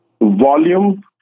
Volume